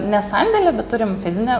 ne sandėlį bet turim fizinę